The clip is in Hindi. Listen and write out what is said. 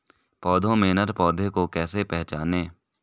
पौधों में नर पौधे को कैसे पहचानें?